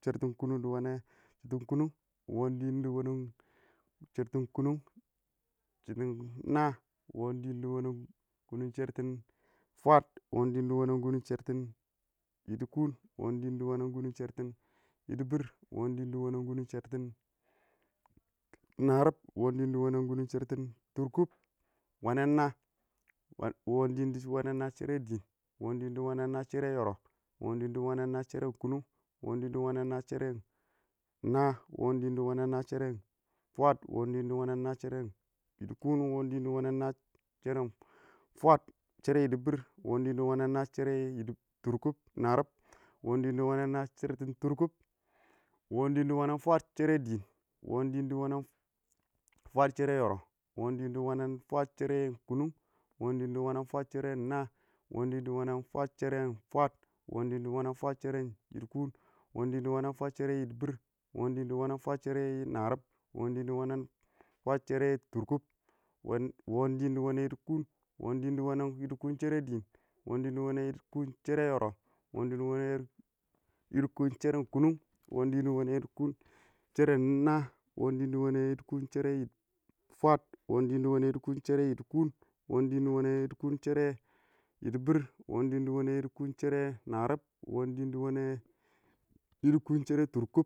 shɛrtin kunung dɪ wene shitin kunung, wɔɔn dɪɪn shɛrtʊm dɪ wɔnɛn kanʊ shɪdɔ yɔrʊb wɔɔn dɪn shɛrtɪ kʊnʊng shɛrɛn kʊnʊn wɔɔn dim dɪ shɛrɛn kʊnʊn wɔɔn dim dɪ shɛrɛn kʊnʊng shɛrtɪn nad wɔɔn dɪɪn dɪ shɛrɛn kʊnʊng shɛrtɪn fwaad wɔɔn dɪɪn dɪ shɛran kʊsnʊr shɛrtɪn yɪdɪbɪr wɔɔn dɪɪn dɪ shɛran kʊnʊn shɛrtɪn. narɪb wɔɔn dɪɪn dɪ shɛran kisn shɛrtɪn tʊskʊb wɔɔn sɪɪn shɛrtɪn wɔnɛy naah shɛrɛ dɪɪn wɔɔn dɪɪn shɛrtɪn dɪ wɔnɛn naah shɛrɛ yɔrʊb wɔɔn dɪɪn shɛrtɪn dɪ wɔnɛn naah shɛrɛ kasʊn wɔɔn dɪɪn shɛrtɪn dɪɪ wɔnɛn naah shɛrɛ naah wɔɔm dɪɪn shɛrtʊn dɪ wamɛn naah dɪ wɔnɛn naag shɛrɛ yiɪdɪkʊn wɔɔn dɪɪn shɛrtɪn dɪ wɔnɛa naah shɪdɔ narɪb shɪdɔ tʊrkʊb, wɔɔm dɪɪn shɛrtɪn dɪ wɔnɛn fwaad wɔɔn dɪɪn dɪ wɔman fwaad shɛrtɪn dɪɪn wɔɔn dɪɪn chi wɔnɛn fwaad shɛrin yɔrɔn wɔɔn dɪɪn dɪ wɔnɛn fwaad shɛran kʊnʊng wɔɔn dɪɪn dɪ wɔnɛn fwaad shɛran naah wɔɔn dɪɪn dɪ wadnɛn fwaad shɛran fwaad wɔɔn dɪɪn dɪ wɔnɛn fwaad shɛran yidikʊm wɔɔn sɪɪn dɪ wɔnɛn fwas shɛrɛ yɪdɪbʊr wɔɔn dɪɪn dɪ wɔnɛn fwaad sɛrɛ narɪb wɔɔn dɪɪn dɛ wɔnɛn fwaad shɛrɛ tsrkʊb wɔɔn dɪɪn dɪ wɔnɛn yidikʊb wɔɔn dɪɪn dɪ wɔnɛ yiɪdɪkʊn shɛrɛ dɪɪn, wɔɔn dɪɪn dɪ wɔnan yiɪdɪkʊn shɛrɛ yɔrʊb wɔɔn dɪɪn dɪ wɔnɛn yiɪdɪkʊn shɛrɛn kʊnʊn wɔɔn dɪɪn dɪ wɔnɛ yiɪdɪkʊn shɛran naah wɔɔn dɪɪn dɪ wɔnɛ yiɪdɪkʊn shɛrɛn fwaad wɔɔn dɪɪn dɪ wɔnɛn yidikʊm shɛrɛ yidikʊs wɔɔn dʊn dɪ wx nɛ yiɪdɪkʊn shɛrɛ yidibar wɔɔn dʊn dɪ wɔnɛ yidikʊm shɛrɛ naris wɔɔn dɪɪn dɪ wɔnɛ yiɪdɪkʊn shɛrɛ tʊrskʊb wɔɔn dɪɪn dɪ wɔnɛ yɪdɪbɪr, wwɔɔn dɪɪn dɪ wene yidikun shere narib, wɔɔn dɪɪn di wene yidikun shere turkub.